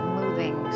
moving